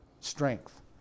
strength